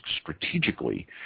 strategically